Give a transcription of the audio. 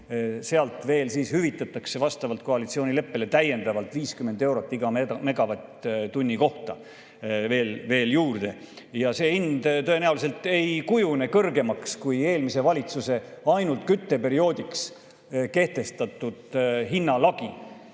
pluss CO2hind – hüvitatakse vastavalt koalitsioonileppele täiendavalt 50 eurot megavatt-tunni kohta veel juurde. See hind tõenäoliselt ei kujune kõrgemaks kui eelmise valitsuse ainult kütteperioodiks kehtestatud hinnalagi.